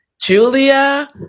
Julia